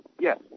yes